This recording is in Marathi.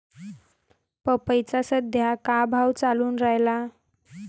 पपईचा सद्या का भाव चालून रायला?